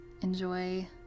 Enjoy